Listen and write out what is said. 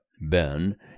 Ben